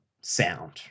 sound